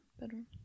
bedroom